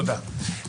תודה.